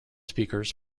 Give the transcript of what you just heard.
speakers